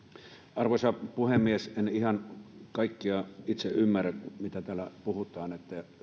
arvoisa puhemies en itse ihan kaikkea ymmärrä mitä täällä puhutaan